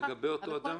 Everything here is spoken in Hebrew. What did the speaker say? לגבי אותו אדם?